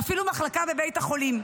ואפילו מחלקה בבית החולים.